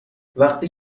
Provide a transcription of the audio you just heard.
وقتی